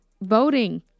voting